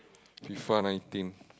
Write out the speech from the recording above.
be fun I think